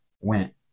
went